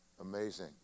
Amazing